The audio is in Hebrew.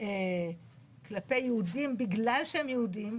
שמופנה כלפי יהודים בגלל שהם יהודים,